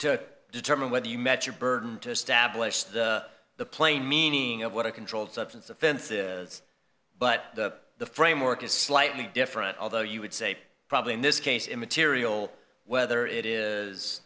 to determine whether you met your burden to establish the the plain meaning of what a controlled substance offense it is but the framework is slightly different although you would say probably in this case immaterial whether it is